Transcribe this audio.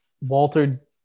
Walter